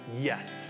Yes